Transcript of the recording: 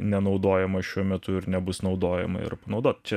nenaudojama šiuo metu ir nebus naudojama ir naudot čia